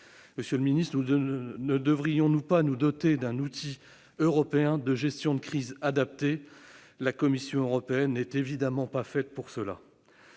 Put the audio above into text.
Monsieur le secrétaire d'État, ne devrions-nous pas nous doter d'un outil européen de gestion de crise adapté ? La Commission européenne n'est évidemment pas faite pour cela.